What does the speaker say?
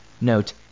Note